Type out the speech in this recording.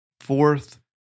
Fourth